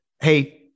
Hey